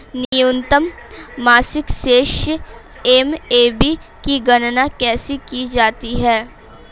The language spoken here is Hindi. न्यूनतम मासिक शेष एम.ए.बी की गणना कैसे की जाती है?